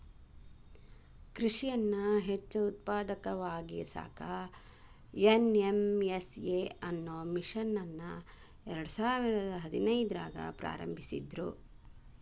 ಕೃಷಿಯನ್ನ ಹೆಚ್ಚ ಉತ್ಪಾದಕವಾಗಿಸಾಕ ಎನ್.ಎಂ.ಎಸ್.ಎ ಅನ್ನೋ ಮಿಷನ್ ಅನ್ನ ಎರ್ಡಸಾವಿರದ ಹದಿನೈದ್ರಾಗ ಪ್ರಾರಂಭಿಸಿದ್ರು